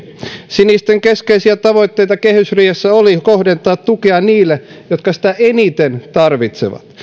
sinisten keskeisiä tavoitteita kehysriihessä oli kohdentaa tukea niille jotka sitä eniten tarvitsevat